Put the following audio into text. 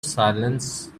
silence